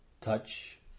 touch